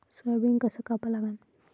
Soybean कस कापा लागन?